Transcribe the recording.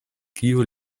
kiu